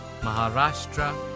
Maharashtra